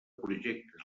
projectes